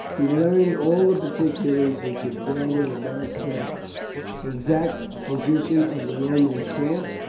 he learned all the particulars he could gather about the exact position of the roman camp,